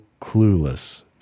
clueless